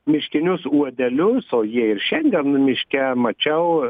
miškinius uodelius o jie ir šiandien miške mačiau